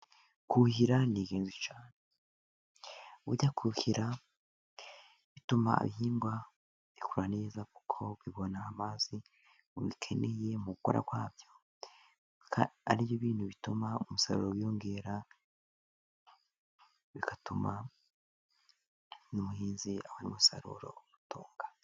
Kuhira ni genzi cyane. Burya kuhira bituma ibihingwa bikura neza kuko bibona amazi bikeneye mu gukura kwa byo, ari byo bintu bituma umusaruro wiyongera, bigatuma n'umuhinzi abona umusaruro umutunga.